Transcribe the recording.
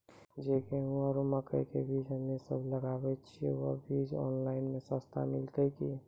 जे गेहूँ आरु मक्का के बीज हमे सब लगावे छिये वहा बीज ऑनलाइन मे सस्ता मिलते की?